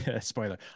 spoiler